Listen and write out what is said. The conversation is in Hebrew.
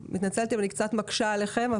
אני מתנצלת אם אני קצת מקשה עליכם.